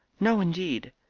no, indeed.